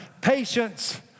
Patience